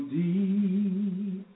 deep